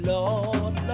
Lord